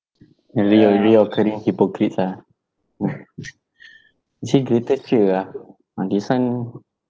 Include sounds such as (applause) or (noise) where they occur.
re~ uh reoccurring hypocrites ah (laughs) you say greatest fear ah uh this [one]